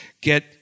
get